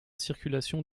circulation